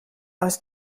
aus